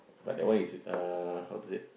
but that one is uh how to said